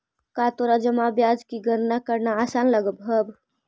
का तोरा जमा ब्याज की गणना करना आसान लगअ हवअ